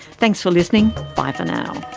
thanks for listening, bye for now